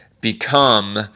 become